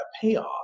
payoff